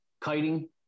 kiting